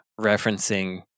referencing